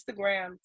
Instagram